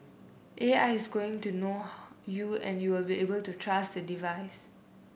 A I is going to know how you and you will be able to trust the device